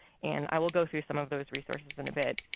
and i will go through some of those resources in a bit.